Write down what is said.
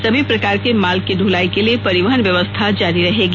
सभी प्रकार के माल की द्वलाई के लिए परिवहन व्यवस्था जारी रहेगी